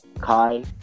Kai